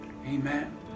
Amen